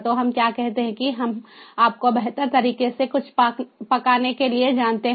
तो हम क्या कहते हैं कि हम आपको बेहतर तरीके से कुछ पकाने के लिए जानते हैं